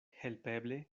helpeble